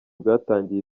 bwatangiye